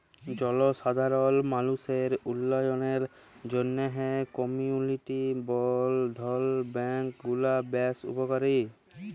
জলসাধারল মালুসের উল্ল্যয়লের জ্যনহে কমিউলিটি বলধ্ল ব্যাংক গুলা বেশ উপকারী